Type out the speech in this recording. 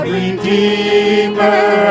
Redeemer